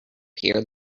here